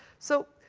so,